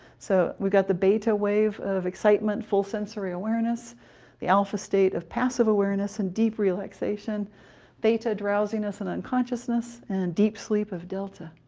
so we get the beta wave of excitement, full sensory awareness the alpha state of passive awareness and deep relaxation theta drowsiness and unconsciousness and deep sleep of delta.